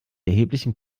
erheblichen